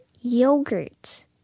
yogurt